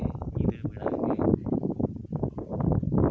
ᱧᱤᱫᱟᱹ ᱵᱮᱲᱟ ᱜᱮ